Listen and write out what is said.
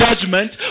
judgment